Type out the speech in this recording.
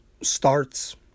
starts